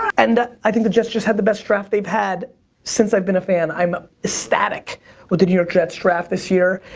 and i think the jets just had the best draft they've had since i've been a fan. i'm ecstatic with the new york jets' draft this year.